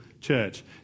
church